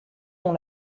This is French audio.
dans